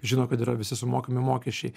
žino kad yra visi sumokami mokesčiai